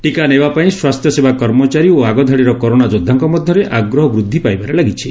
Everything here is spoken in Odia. ଟିକା ନେବାପାଇଁ ସ୍ୱାସ୍ସ୍ୟସେବା କର୍ମଚାରୀ ଓ ଆଗଧାଡ଼ିର କରୋନା ଯୋଦ୍ଧାଙ୍କ ମଧ୍ଧରେ ଆଗ୍ରହ ବୃଦ୍ଧି ପାଇବାରେ ଲାଗିଛି